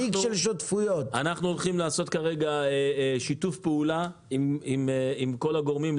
אנחנו הולכים לעשות כרגע שיתוף פעולה עם כל הגורמים,